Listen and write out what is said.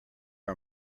are